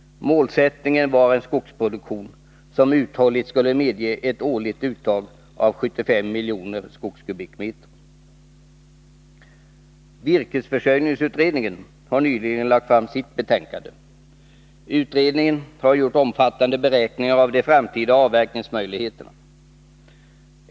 Målsättningen var en skogsproduktion som uthålligt skulle medge ett årligt uttag av 75 miljoner skogskubikmeter. Virkesförsörjningsutredningen har nyligen lagt fram sitt betänkande. Utredningen har gjort omfattande beräkningar av de framtida avverkningsmöjligheterna.